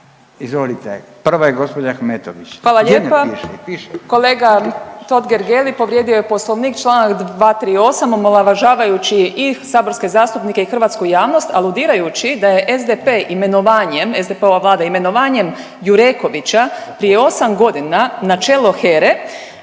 **Ahmetović, Mirela (SDP)** Hvala lijepa. Kolega Totgergeli povrijedio je Poslovnik čl. 238. omalovažavajući i saborske zastupnike i hrvatsku javnost aludirajući da je SDP imenovanjem, SDP-ova Vlada imenovanjem Jurekovića prije 8 godina na čelo